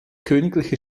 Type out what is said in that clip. königliche